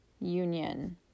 union